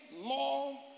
more